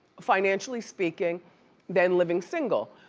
financially speaking than living single.